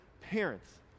parents